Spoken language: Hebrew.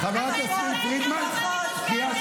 חברת הכנסת יסמין פרידמן, לא,